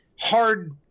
hard